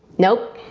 nope.